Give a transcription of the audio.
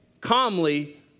calmly